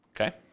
Okay